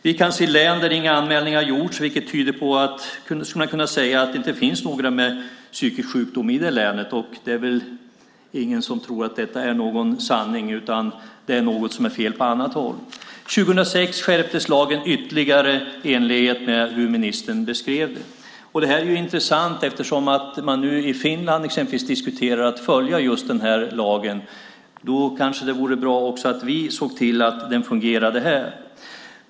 Vi kan se län där inga anmälningar har gjorts, och då skulle man kunna säga att det inte finns några med psykisk sjukdom i de länen. Det är väl ingen som tror att detta är någon sanning, utan det är något som är fel på annat håll. År 2006 skärptes lagen ytterligare i enlighet med hur ministern beskrev det. Det är intressant. I Finland diskuterar man nu att följa just den lagen, och då kanske det vore bra att vi såg till att den fungerar här.